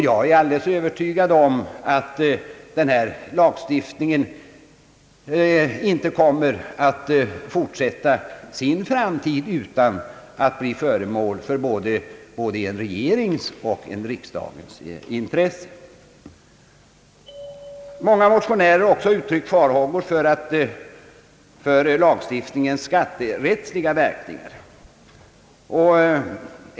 Jag är alldeles övertygad om att denna lagstiftning inte kommer att äga bestånd i framtiden i oförändrat skick utan att bli föremål för både en regerings och en riksdags intresse. Många motionärer har också uttryckt farhågor för lagstiftningens skatterättsliga verkningar.